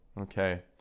okay